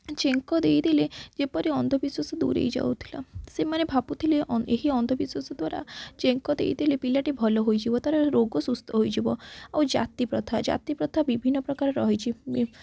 ଚେଙ୍କ ଦେଇଦେଲେ ଯେପରି ଅନ୍ଧବିଶ୍ଵାସ ଦୂରେଇ ଯାଉଥିଲା ସେମାନେ ଭାବୁଥିଲେ ଏହି ଅନ୍ଧବିଶ୍ୱାସ ଦ୍ୱାରା ଚେଙ୍କ ଦେଇଦେଲେ ପିଲାଟି ଭଲ ହୋଇଯିବ ତା'ର ରୋଗ ସୁସ୍ଥ ହୋଇଯିବ ଆଉ ଜାତି ପ୍ରଥା ଜାତି ପ୍ରଥା ବିଭିନ୍ନପ୍ରକାର ରହିଛି